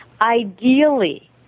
ideally